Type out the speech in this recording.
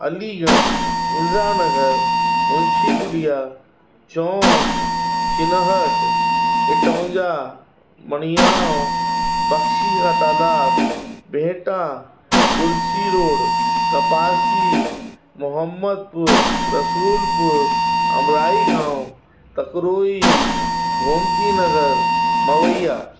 अलीगंज इंदिरानगर मुंशीपुलिया चौकी चिनहट इटौंजा मड़ियांव बख्शी जा तादाद भेटा उल्सी रोड कपासी मोहम्मद पुर रसगुल पुर अमराई गांव ककरोई गोमती नगर मवैया